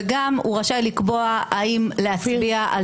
וגם הוא רשאי לקבוע האם להצביע על